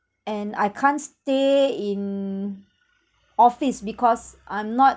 and I can't stay in office because I'm not